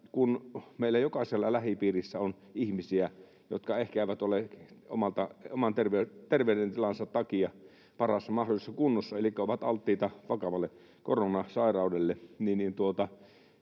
kun meillä jokaisella lähipiirissä on ihmisiä, jotka ehkä eivät ole oman terveydentilansa takia parhaassa mahdollisessa kunnossa elikkä ovat alttiita vakavalle koronasairaudelle,